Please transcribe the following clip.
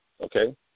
okay